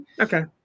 okay